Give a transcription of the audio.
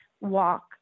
walk